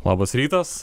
labas rytas